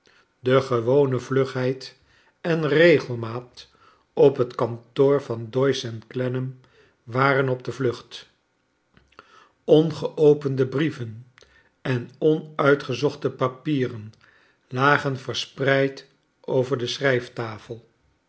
de gewone vlugheid en regelmaat op het kantoor van doyce ten clennam waren op de vlucht ongeopende brieven en onuitgezochte papieren lagcn verspreid over de